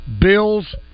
Bills